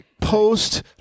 post